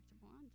blonde